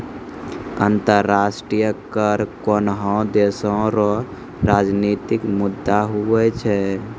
अंतर्राष्ट्रीय कर कोनोह देसो रो राजनितिक मुद्दा हुवै छै